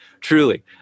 truly